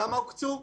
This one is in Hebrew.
כמה הוקצו?